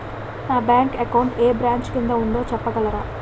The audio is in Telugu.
నా బ్యాంక్ అకౌంట్ ఏ బ్రంచ్ కిందా ఉందో చెప్పగలరా?